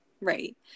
right